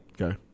Okay